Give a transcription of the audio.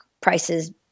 prices